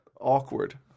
awkward